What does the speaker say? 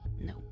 No